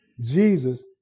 Jesus